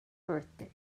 birthday